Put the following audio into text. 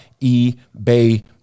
ebay